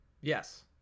Yes